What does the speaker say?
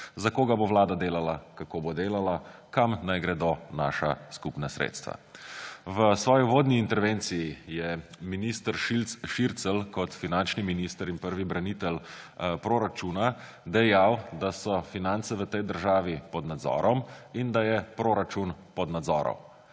za koga bo vlada delala, kako bo delala, kam naj gredo naša skupna sredstva. V svoji uvodni intervenciji je minister Šircelj kot finančni minister in prvi branitelj proračuna dejal, da so finance v tej državi pod nadzorom in da je proračun pod nadzorom.